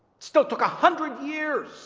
still took a hundred years